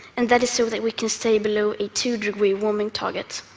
and that is so that we can stay below a two-degree warming target.